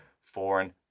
foreign